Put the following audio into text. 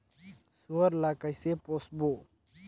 सुअर ला कइसे पोसबो?